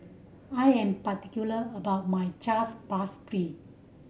I am particular about my Chaat Papri